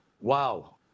Wow